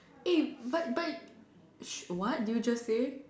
eh but but what did you just say